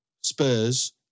Spurs